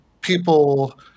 people